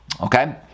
okay